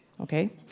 Okay